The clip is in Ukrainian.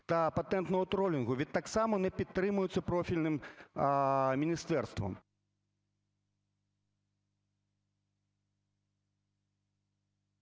та патентного тролінгу. Він так само не підтримується профільним міністерством….